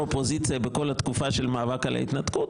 האופוזיציה בכל התקופה של המאבק על ההתנתקות.